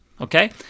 Okay